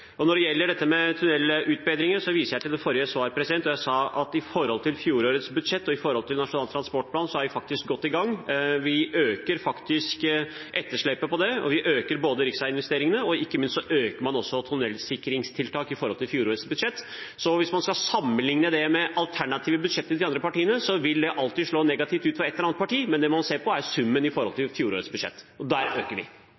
Når det gjelder tunnelutbedringer, viser jeg til forrige svar der jeg sa at i forhold til fjorårets budsjett og Nasjonal transportplan er vi faktisk godt i gang. Vi minsker faktisk etterslepet i det, og vi øker både riksveiinvesteringene og ikke minst tunnelsikringstiltak i forhold til fjorårets budsjett. Hvis man skal sammenlikne det med de alternative budsjettene til de andre partiene, vil det alltid slå negativt ut for et eller annet parti. Men det man må se på, er summen i forhold til fjorårets budsjett. Og der øker vi.